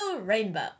rainbow